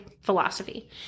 philosophy